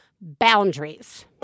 Boundaries